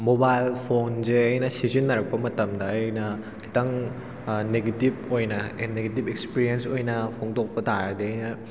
mobile ꯐꯣꯟꯁꯦ ꯑꯩꯅ ꯁꯤꯖꯤꯟꯅꯔꯛꯄ ꯃꯇꯝꯗ ꯑꯩꯅ ꯈꯤꯇꯪ ꯅꯦꯒꯦꯇꯤꯕ ꯑꯣꯏꯅ ꯑꯦ ꯅꯦꯒꯦꯇꯤꯕ ꯑꯦꯛꯁꯄꯤꯔꯦꯟꯁ ꯑꯣꯏꯅ ꯐꯣꯡꯗꯣꯛꯄ ꯇꯥꯔꯗꯤ ꯑꯩꯅ